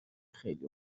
خیلی